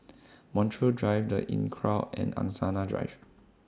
Montreal Drive The Inncrowd and Angsana Drive